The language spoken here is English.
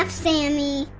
like sammy.